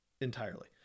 entirely